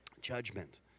Judgment